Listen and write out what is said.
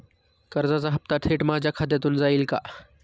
कर्जाचा हप्ता थेट माझ्या खात्यामधून जाईल का?